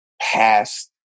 past